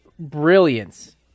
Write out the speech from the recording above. brilliance